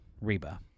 Reba